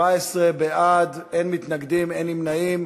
17 בעד, אין מתנגדים, אין נמנעים.